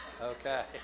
Okay